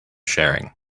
sharing